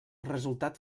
resultat